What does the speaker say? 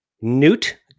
Newt